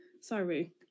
Sorry